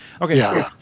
Okay